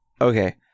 Okay